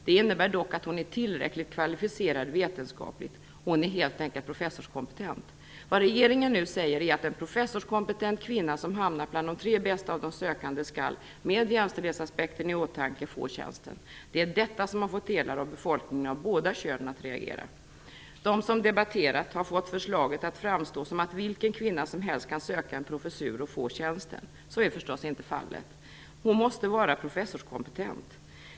Det innebär dock att hon är tillräckligt kvalificerad vetenskapligt - hon är helt enkelt professorskompetent. Vad regeringen nu säger är att en professorskompetent kvinna som hamnat bland de tre bästa av de sökande skall - med jämställdhetsaspekten i åtanke - få tjänsten. Det är detta som har fått delar av befolkningen av båda könen att reagera. De som har debatterat har fått förslaget att framstå som att vilken kvinna som helst kan söka och en professur och få tjänsten. Så är förstås icke fallet. Hon måste vara professorskompetent.